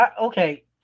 okay